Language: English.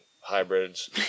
hybrids